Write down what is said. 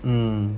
mm